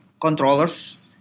controllers